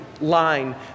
line